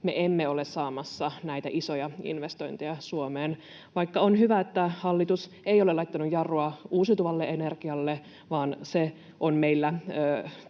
emme ole saamassa näitä isoja investointeja Suomeen — vaikka on hyvä, että hallitus ei ole laittanut jarrua uusiutuvalle energialle vaan se on meillä